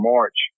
March